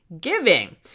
Giving